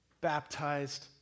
baptized